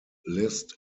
list